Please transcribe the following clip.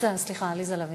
סליחה, עליזה לביא.